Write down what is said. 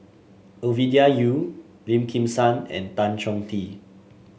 Ovidia Yu Lim Kim San and Tan Chong Tee